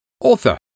Author